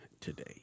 today